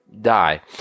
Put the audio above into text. die